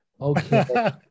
okay